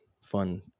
fun